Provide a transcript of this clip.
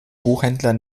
buchhändler